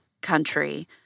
country